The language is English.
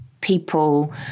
people